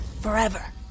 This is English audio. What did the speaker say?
forever